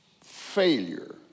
failure